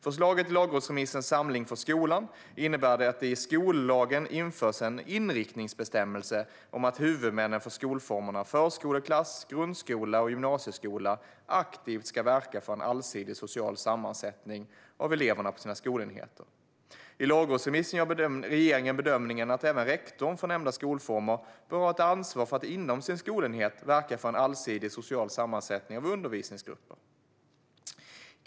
Förslaget i lagrådsremissen Samling för skolan innebär att det i skollagen införs en inriktningsbestämmelse om att huvudmännen för skolformerna förskoleklass, grundskola och gymnasieskola aktivt ska verka för en allsidig social sammansättning av eleverna på sina skolenheter. I lagrådsremissen gör regeringen bedömningen att även rektorn för nämnda skolformer bör ha ett ansvar för att inom sin skolenhet verka för en allsidig social sammansättning av undervisningsgrupper.